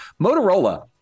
Motorola